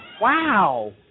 Wow